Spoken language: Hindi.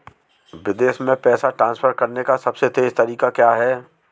विदेश में पैसा ट्रांसफर करने का सबसे तेज़ तरीका क्या है?